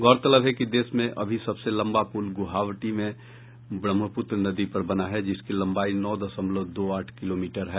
गौरतलब है कि देश में अभी सबसे लम्बा पुल गुवहाटी में ब्रह्यपुत्र नदी पर बना है जिसकी लम्बाई नौ दशमलव दो आठ किलोमीटर है